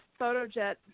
PhotoJet